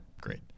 great